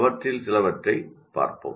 அவற்றில் சிலவற்றைப் பார்ப்போம்